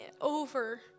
over